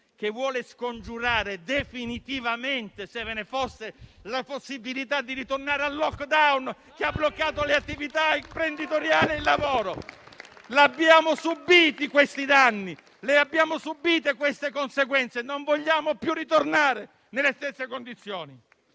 che vuole scongiurare definitivamente, se ve ne fosse la possibilità, di ritornare al *lockdown*, che ha bloccato le attività imprenditoriali e il lavoro. Abbiamo subito danni e le relative conseguenze e non vogliamo più ritornare nelle stesse condizioni.